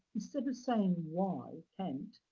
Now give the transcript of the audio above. instead of saying wye, kent,